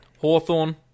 Hawthorne